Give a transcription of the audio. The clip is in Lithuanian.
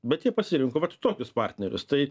bet jie pasirinko vat tokius partnerius tai